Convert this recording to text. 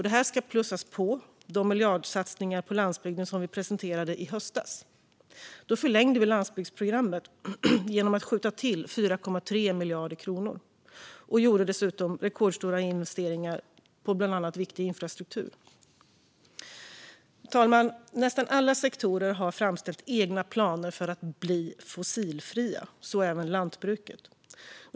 Detta ska plussas på de miljardsatsningar på landsbygden som vi presenterade i höstas. Då förlängde vi landsbygdsprogrammet genom att skjuta till 4,3 miljarder och gjorde dessutom rekordstora investeringar i viktig infrastruktur. Fru talman! Nästan alla sektorer har framställt egna planer för att bli fossilfria, så även lantbruket.